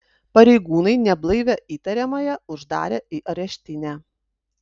pareigūnai neblaivią įtariamąją uždarė į areštinę